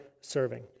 serving